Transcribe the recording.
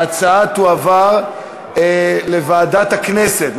ההצעה תועבר לוועדת הכנסת.